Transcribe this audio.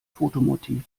fotomotiv